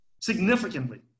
significantly